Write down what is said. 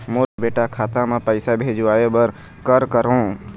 मोर बेटा खाता मा पैसा भेजवाए बर कर करों?